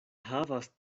havas